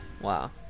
Wow